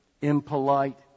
impolite